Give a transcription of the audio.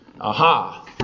Aha